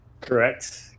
Correct